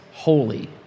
Holy